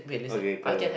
okay the